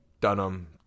Dunham